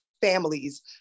families